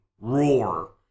roar